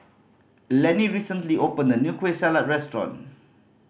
Lanny recently opened a new Kueh Salat restaurant